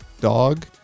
dog